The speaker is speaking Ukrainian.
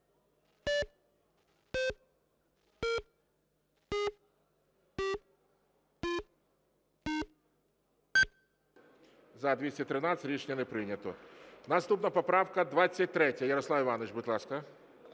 За-213 Рішення не прийнято. Наступна поправка 23. Ярослав Іванович, будь ласка.